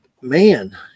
man